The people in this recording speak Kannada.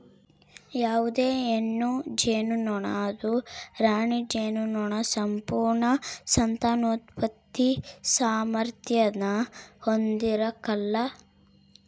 ಯಾವುದೇ ಹೆಣ್ಣು ಜೇನುನೊಣ ಅದು ರಾಣಿ ಜೇನುನೊಣದ ಸಂಪೂರ್ಣ ಸಂತಾನೋತ್ಪತ್ತಿ ಸಾಮಾರ್ಥ್ಯಾನ ಹೊಂದಿರಕಲ್ಲ